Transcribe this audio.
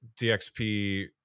dxp